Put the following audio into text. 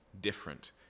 different